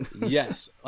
Yes